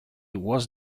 was